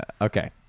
Okay